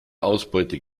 ausbeute